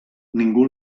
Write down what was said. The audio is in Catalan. ningú